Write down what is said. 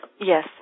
Yes